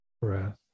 breath